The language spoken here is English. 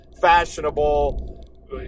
fashionable